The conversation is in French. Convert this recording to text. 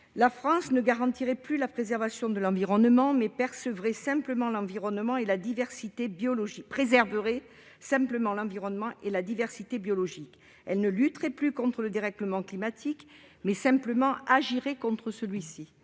la France ne garantirait plus la préservation de l'environnement, mais préserverait simplement l'environnement et la diversité biologique. Elle ne lutterait plus contre le dérèglement climatique, mais agirait simplement contre celui-ci.